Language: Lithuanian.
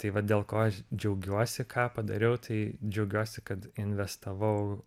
tai va dėl ko aš džiaugiuosi ką padariau tai džiaugiuosi kad investavau